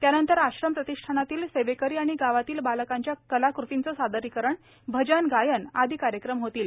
त्यानंतर आश्रम प्रतिष्ठानातील सेवेकरी आणि गावातील बालकांच्या कलाकृतीचे सादरीकरण भजन गायन आदी कार्यक्रम होतील